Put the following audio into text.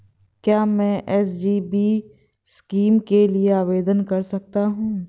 क्या मैं SGB scheme के लिए आवेदन कर सकता हूँ?